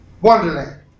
Wonderland